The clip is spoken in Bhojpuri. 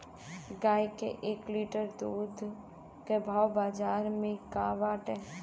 गाय के एक लीटर दूध के भाव बाजार में का बाटे?